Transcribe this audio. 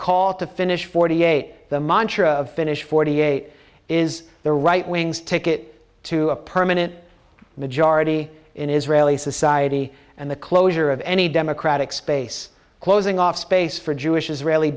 call to finish forty eight the montra of finish forty eight is the right wing's ticket to a permanent majority in israeli society and the closure of any democratic space closing off space for jewish israeli